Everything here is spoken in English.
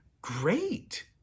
great